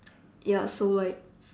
ya so like